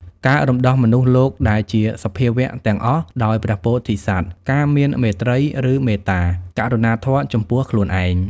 ការរំដោះមនុស្សលោកដែលជាសភាវៈទាំងអស់ដោយព្រះពោធិសត្វ ការមាន មេត្រី ឬមេត្តា ករុណាធម៌ចំពោះខ្លួនឯង ។